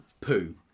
poo